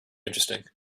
interesting